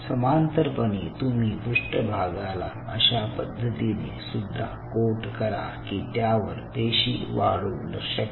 समांतरपणे तुम्ही पृष्ठभागाला अशा पद्धतीने सुद्धा कोट करा की त्यावर पेशीं वाढू शकते